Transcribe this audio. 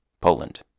Poland